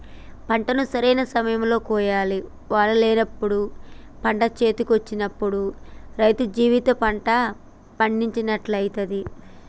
పంటను సరైన సమయం లో కోయాలి వానలు లేనప్పుడు పంట చేతికొచ్చినప్పుడు రైతు జీవిత పంట పండినట్టయితది